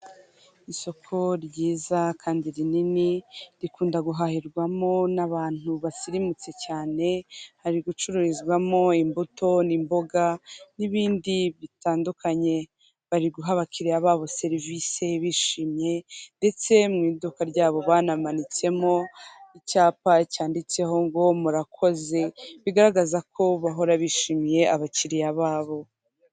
Isoko ryiza kandi rinini rikunda guhahirwamo n'abantu basirimutse cyane, hari gucururizwamo imbuto n'imboga n'ibindi bitandukanye, bari guha abakiriya babo serivisi bishimye ndetse mu iduka ryabo banamanitsemo icyapa cyanditseho ngo murakoze bigaragaza ko bahora bishimiye abakiriya babo.